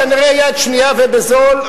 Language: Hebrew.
כנראה יד שנייה ובזול,